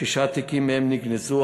שישה תיקים נגנזו,